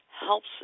helps